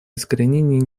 искоренение